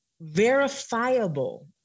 verifiable